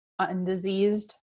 undiseased